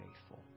faithful